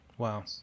Wow